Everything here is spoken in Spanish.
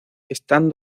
están